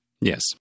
Yes